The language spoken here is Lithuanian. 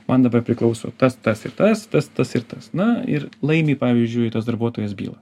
man dabar priklauso tas tas ir tas tas tas ir tas na ir laimi pavyzdžiui tas darbuotojas bylą